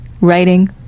writing